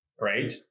right